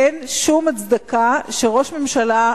אין שום הצדקה שראש הממשלה,